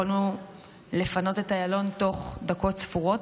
יכולנו לפנות את איילון תוך דקות ספורות